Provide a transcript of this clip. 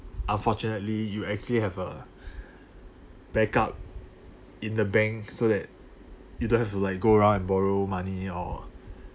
unfortunately you actually have a backup in the bank so that you don't have to like go around and borrow money or